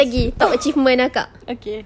oh okay